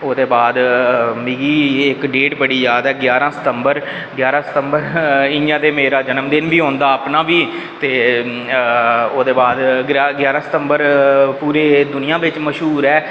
ते ओह्दे बाद मिगी डेट बड़ी याद ऐ ञारं सितंबर ञारां सितंबर इंया मेरा जन्मदिन बी औंदा अपना बी ते ओह्दे बाद ग्यारहां सितंबर पूरी दुनिया बिच मश्हूर ऐ